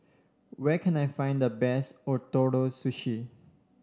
where can I find the best Ootoro Sushi